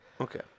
Okay